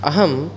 अहं